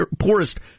poorest